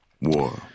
War